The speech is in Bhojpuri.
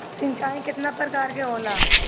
सिंचाई केतना प्रकार के होला?